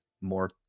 more